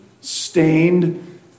stained